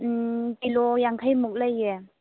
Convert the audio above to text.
ꯎꯝ kilo ꯌꯥꯡꯈꯩꯃꯨꯛ ꯂꯩꯌꯦ